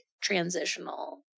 transitional